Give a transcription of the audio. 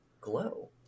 glow